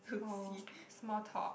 oh small talk